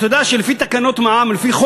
אתה יודע שלפי חוק מע"מ,